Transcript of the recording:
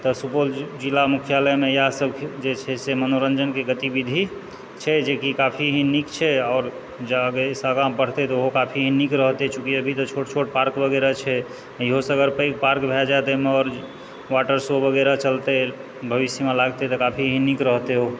तऽ सुपौल जि जिला मुख्यालयमे इएहसभ जे छै से मनोरञ्जनके गतिविधि छै जे कि काफी नीक छै आओर जँ एहिसँ आगाँ बढ़तै तऽ ओहो काफी नीक रहतै चूँकि अभी तऽ छोट छोट पार्क वगैरह छै इहोसँ अगर पैघ पार्क भए जाय तऽ एहिमे आओर वाटर शो वगैरह चलतै भविष्यमे लागतै तऽ काफी नीक रहतै ओ